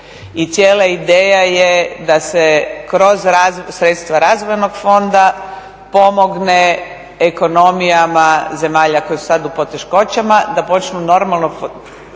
i cijela ideja je da se kroz sredstva razvojnog fonda pomogne ekonomijama zemalja koje su sada u poteškoćama, da počnu normalno